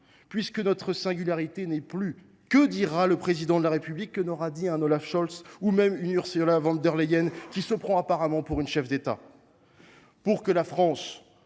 Puisque notre singularité n’est plus, que dira le Président de la République que n’aura dit un Olaf Scholz, ou même une Ursula von der Leyen, qui se prend apparemment pour une cheffe d’État ? Pour que la voix